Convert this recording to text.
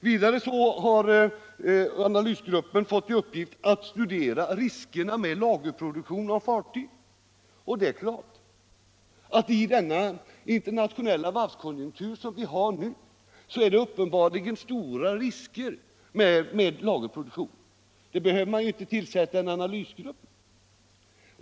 Vidare har analysgruppen fått i uppgift att studera riskerna med lagerproduktion av fartyg. Det är klart att det i den nuvarande internationella varvskonjunkturen finns stora risker med lagerproduktion. Man behöver inte tillsätta en analysgrupp för att konstatera det.